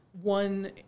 one